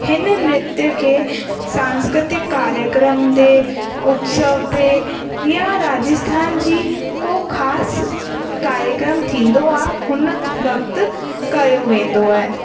हिन नृत्य खे सांस्कृतिक कार्यक्रम ते उत्सव ते या राजस्थान जी को ख़ासि कार्यक्रम थींदो आहे हुन वक़्तु कयो वेंदो आहे